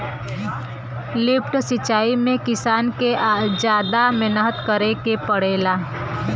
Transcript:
lift सिचाई में किसान के जादा मेहनत करे के पड़ेला